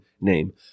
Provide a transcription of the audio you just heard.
name